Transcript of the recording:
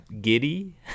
giddy